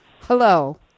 Hello